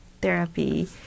therapy